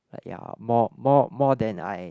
like ya more more more than I